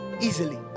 easily